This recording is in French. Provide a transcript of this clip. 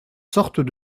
sortes